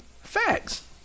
Facts